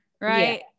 right